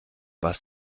was